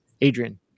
Adrian